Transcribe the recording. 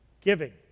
Giving